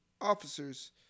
Officers